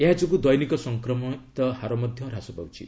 ଏହଯୋଗୁଁ ଦୈନିକ ସଂକ୍ରମିତ ହାର ମଧ୍ୟ ହାସ ପାଉଛି